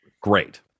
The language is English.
Great